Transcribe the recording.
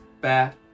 bad